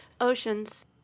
Oceans